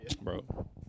Bro